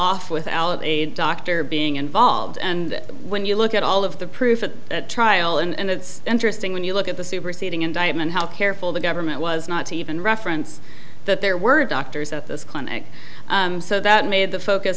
off without a doctor being involved and when you look at all of the proof at the trial and it's interesting when you look at the superseding indictment how careful the government was not even reference that there were doctors at this clinic so that made the focus